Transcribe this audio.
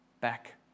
back